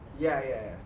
yeah, yeah.